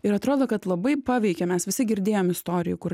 ir atrodo kad labai paveikė mes visi girdėjom istorijų kur